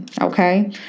Okay